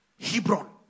Hebron